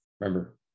remember